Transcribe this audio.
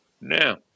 Now